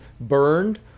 burned